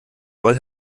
voll